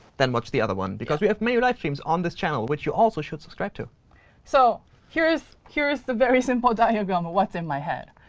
then watch the other one. because we have many live streams on this channel, which you also should subscribe to. mariko so here's here's the very simple diagram of what's in my head.